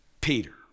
Peter